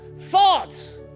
Thoughts